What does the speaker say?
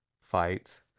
fights